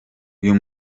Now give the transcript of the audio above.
uyu